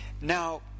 Now